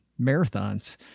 marathons